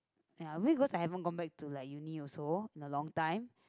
ya maybe I haven't gone back to like uni also in a long time